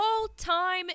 All-time